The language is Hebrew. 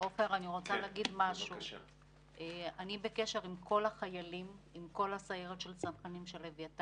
אני בקשר עם כל החיילים, עם כל הסיירת של אביתר,